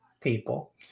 people